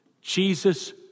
Jesus